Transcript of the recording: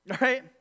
right